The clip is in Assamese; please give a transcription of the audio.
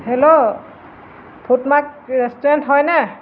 হেল্ল' ফুটমাক ৰেষ্টুৰেণ্ট হয়নে